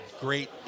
great